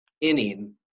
inning